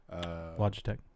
Logitech